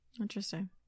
Interesting